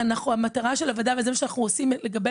המטרה של הוועדה וזה מה שאנחנו עושים לגבי